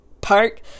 Park